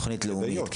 תוכנית לאומית,